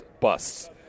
Busts